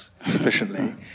sufficiently